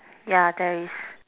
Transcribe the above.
yeah thanks